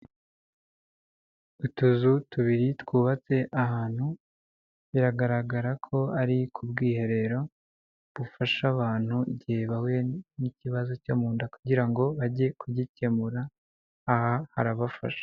Utuzu tubiri twubatse ahantu, biragaragara ko ari ku bwiherero bufasha abantu igihe bahuye n'ikibazo cyo mu nda kugira ngo bajye kugikemura, aha harabafasha.